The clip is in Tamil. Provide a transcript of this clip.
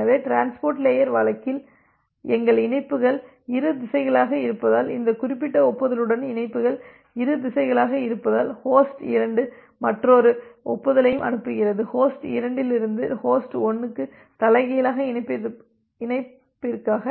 எனவே டிரான்ஸ்போர்ட் லேயர் வழக்கில் எங்கள் இணைப்புகள் இரு திசைகளாக இருப்பதால் இந்த குறிப்பிட்ட ஒப்புதலுடன் இணைப்புகள் இரு திசைகளாக இருப்பதால் ஹோஸ்ட் 2 மற்றொரு ஒப்புதலையும் அனுப்புகிறது ஹோஸ்ட் 2 இலிருந்து ஹோஸ்ட் 1 க்கு தலைகீழ் இணைப்பிற்காக